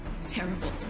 Terrible